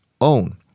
own